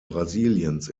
brasiliens